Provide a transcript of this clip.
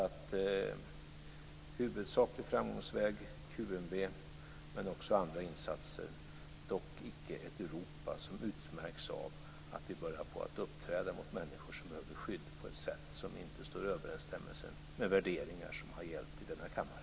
En huvudsaklig framgångsväg är alltså QMV, men det är också viktigt med andra insatser - dock inte ett Europa som utmärks av att vi börjar uppträda mot människor som behöver skydd på ett sätt som inte står i överensstämmelse med värderingar som har gällt i denna kammare.